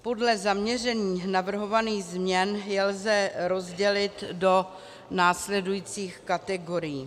Podle zaměření navrhovaných změn je lze rozdělit do následujících kategorií: